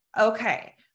okay